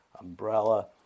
umbrella